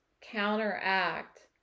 counteract